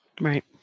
Right